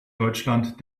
deutschland